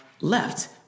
left